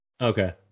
Okay